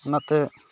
ᱚᱱᱟᱛᱮ